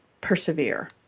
persevere